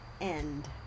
end